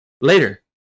later